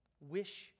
wish